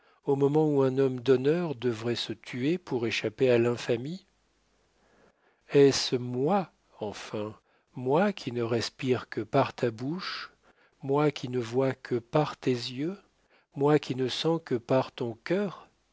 au moment où un homme d'honneur devait se tuer pour échapper à l'infamie est-ce moi enfin moi qui ne respire que par ta bouche moi qui ne vois que par tes yeux moi qui ne sens que par ton cœur